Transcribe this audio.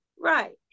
Right